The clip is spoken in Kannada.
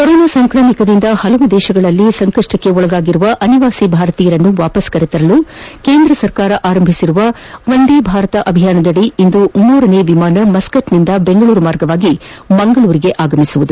ಕೊರೋನಾ ಸಾಂಕ್ರಮಿಕದಿಂದ ಹಲವು ದೇಶಗಳಲ್ಲಿ ಸಂಕಷ್ವಕ್ಕೊಳಗಾಗಿರುವ ಅನಿವಾಸಿ ಭಾರತೀಯರನ್ನು ವಾವಸ್ ಕರೆತರಲು ಕೇಂದ್ರ ಸರ್ಕಾರ ಆರಂಭಿಸಿರುವ ವಂದೇ ಭಾರತ ಅಭಿಯಾನದಡಿ ಇಂದು ಮೂರನೇ ವಿಮಾನ ಮಸ್ಕತ್ನಿಂದ ಬೆಂಗಳೂರು ಮಾರ್ಗವಾಗಿ ಮಂಗಳೂರಿಗೆ ಆಗಮಿಸಲಿದೆ